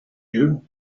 you